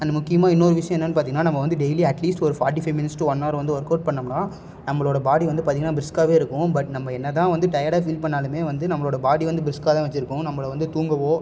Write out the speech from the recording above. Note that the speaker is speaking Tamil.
அண்ட் முக்கியமாக இன்னொரு விஷயம் என்னன்னு பார்த்திங்கன்னா நம்ம வந்து டெய்லி அட்லீஸ்ட் ஒரு forty five minutes to one hour வந்து ஒர்க் அவுட் பண்ணோம்னா நம்பளோட பாடி வந்து பார்த்திங்கன்னா பிரிஸ்க்காகவே இருக்கும் பட் நம்ம என்ன தான் வந்து டயர்டாக ஃபீல் பண்ணாலுமே வந்து நம்பளோட பாடி வந்து பிரிஸ்க்காக தான் வச்சுருக்கும் நம்பளை வந்து தூங்கவோ